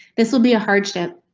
this will be a hardship.